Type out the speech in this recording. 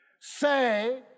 Say